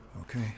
Okay